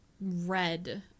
red